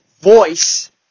voice